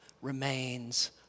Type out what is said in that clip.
Remains